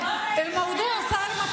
אבל למה, אדוני?